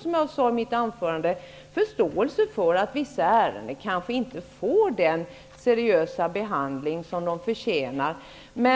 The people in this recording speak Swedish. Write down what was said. Som jag sade i mitt anförande har jag också stor förståelse för att vissa ärenden kanske inte får den seriösa behandling som de förtjänar.